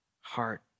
heart